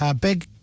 big